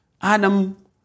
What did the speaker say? Adam